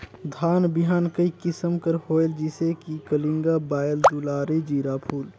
धान बिहान कई किसम के होयल जिसे कि कलिंगा, बाएल दुलारी, जीराफुल?